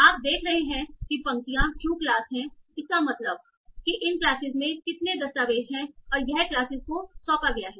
आप देख रहे हैं पंक्तियाँ टरु क्लास हैं इसका मतलब है कि इन क्लासेज में कितने दस्तावेज हैं और यह क्लासेज को सौंपा गया है